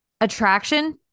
Attraction